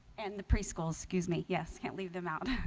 and the preschools excuse me yes, can't leave them out